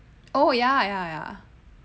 oh ya ya